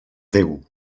déu